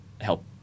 help